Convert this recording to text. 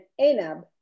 Anab